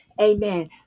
amen